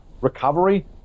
recovery